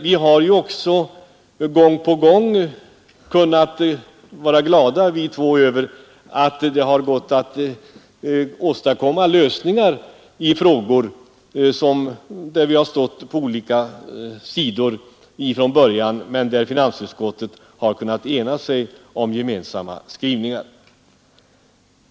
Vi har ju alla, herr Löfgren, ibland kunnat vara glada över att det har gått att åstadkomma gemensamma skrivningar i frågor där vi från början stått på olika sidor.